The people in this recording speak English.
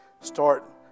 Start